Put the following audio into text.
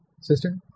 Sister